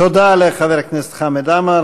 תודה לחבר הכנסת חמד עמאר.